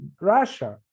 Russia